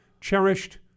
cherished